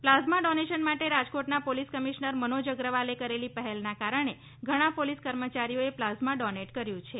plasma donation માટે રાજકોટના police commissioner Manoj અગ્રવાલે કરેલી પહેલને કારણે ઘણા પોલીસ કર્મચારીઓએ પ્લાઝમા ડોનેટ કર્યું છે